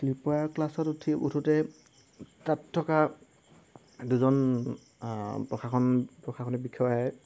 sleeper ক্লাছত উঠি উঠোঁতে তাত থকা দুজন প্ৰশাসন প্ৰশাসনিক বিষয়াই